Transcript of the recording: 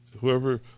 Whoever